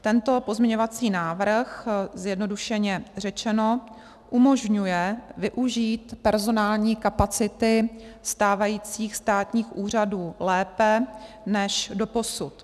Tento pozměňovací návrh, zjednodušeně řečeno, umožňuje využít personální kapacity stávajících státních úřadů lépe než doposud.